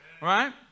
Right